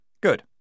Good